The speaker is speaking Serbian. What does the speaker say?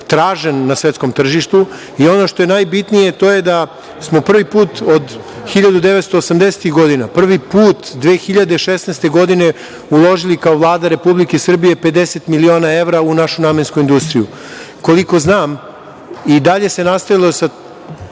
na svetskom tržištu. Ono što je najbitnije, to je da smo prvi put od 1980. godina, prvi put 2016. godine uložili kao Vlada Republike Srbije 50 miliona evra u našu namensku industriju. Koliko znam, i dalje se nastavilo sa